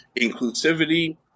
inclusivity